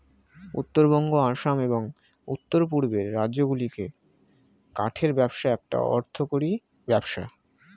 উত্তরবঙ্গ, আসাম, এবং উওর পূর্বের রাজ্যগুলিতে কাঠের ব্যবসা একটা অর্থকরী ব্যবসা